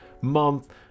month